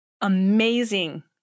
amazing